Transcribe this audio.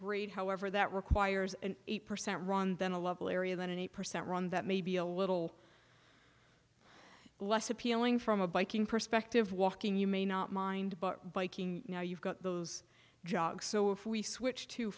grade however that requires an eight percent run then a level area then an eight percent run that may be a little less appealing from a biking perspective walking you may not mind but biking now you've got those jobs so if we switched to